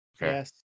Yes